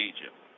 Egypt